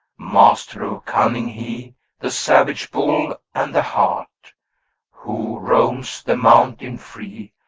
master of cunning he the savage bull, and the hart who roams the mountain free,